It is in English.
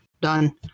done